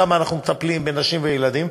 כמה אנחנו מטפלים בנשים וילדים.